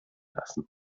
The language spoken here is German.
lassen